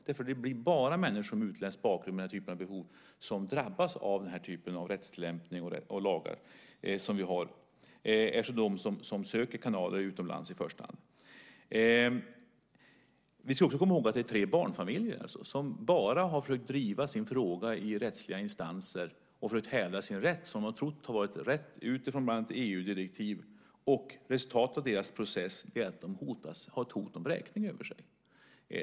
Det är bara människor med utländsk bakgrund med sådana här behov som drabbas av den här typen av rättstillämpning och lagar eftersom det i första hand är de som söker kanaler utomlands. Vi ska komma ihåg att det handlar om tre barnfamiljer som bara har försökt driva sin fråga i rättsliga instanser och försökt att hävda sin rätt. De har trott att det har varit rätt utifrån bland annat EU-direktiv. Resultatet av deras process är att de har ett hot om vräkning över sig.